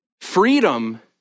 Freedom